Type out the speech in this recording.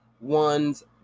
one's